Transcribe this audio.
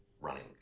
running